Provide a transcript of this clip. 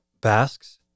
Basque's